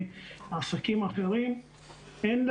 קודם כל,